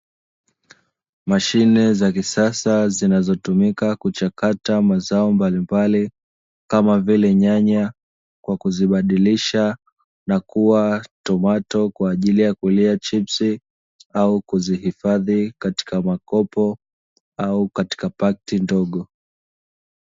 Mashine za kisasa zinazotumika kuchakata mazao mbalimbali, kama vile nyanya kwa kuzibadilisha na kuwa tomato kwa ajili ya kulia chipsi au kuzihifadhi katika makopo au katika pakti ndogo.